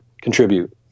contribute